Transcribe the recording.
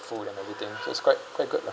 food and everything so it's quite quite good lah